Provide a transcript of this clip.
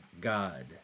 God